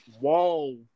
whoa